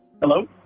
Hello